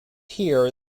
here